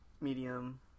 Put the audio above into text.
medium